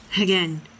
Again